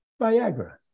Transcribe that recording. Viagra